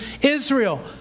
Israel